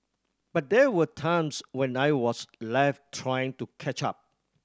but there were times when I was left trying to catch up